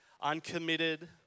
uncommitted